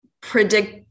predict